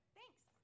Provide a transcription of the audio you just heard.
Thanks